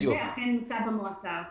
זה אכן נמצא במועצה הארצית.